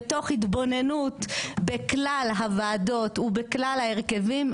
ותוך התבוננות בכלל הוועדות ובכלל ההרכבים,